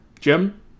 Jim